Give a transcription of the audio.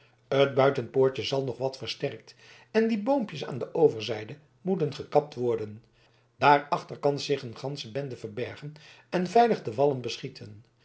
het buitenpoortje zal nog wat versterkt en die boompjes aan de overzijde moeten gekapt worden daar achter kan zich een gansche bende verbergen en veilig de wallen beschieten